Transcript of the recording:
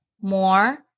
more